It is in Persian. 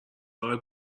آقای